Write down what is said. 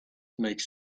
makes